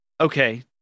okay